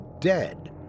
dead